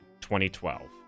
2012